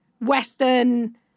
Western